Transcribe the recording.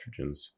estrogens